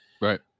Right